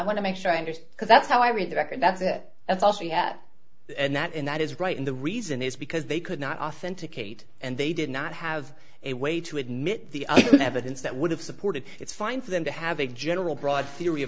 want to make sure i understand because that's how i read the record that's it that's also and that in that is right and the reason is because they could not authenticate and they did not have a way to admit the evidence that would have supported it's fine for them to have a general broad